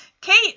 Kate